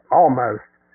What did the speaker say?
almost-